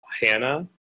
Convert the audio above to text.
hannah